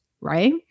Right